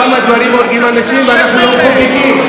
כמה דברים הורגים אנשים ואנחנו לא מחוקקים?